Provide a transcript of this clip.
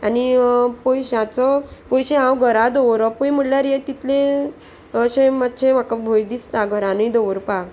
आनी पयशाचो पयशे हांव घरा दवरपूय म्हणल्यार हे तितले अशें मातशें म्हाका भंय दिसता घरानूय दवरपाक